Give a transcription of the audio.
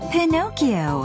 Pinocchio